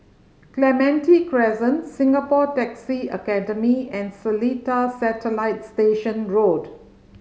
Clementi Crescent Singapore Taxi Academy and Seletar Satellite Station Road